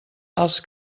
els